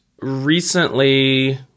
Recently